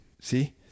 See